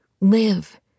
live